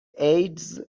ایدز